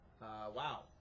Wow